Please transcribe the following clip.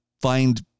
find